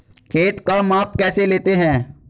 खेत का माप कैसे लेते हैं?